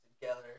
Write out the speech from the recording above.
together